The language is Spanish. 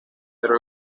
pero